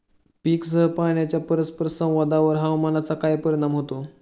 पीकसह पाण्याच्या परस्पर संवादावर हवामानाचा काय परिणाम होतो?